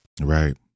Right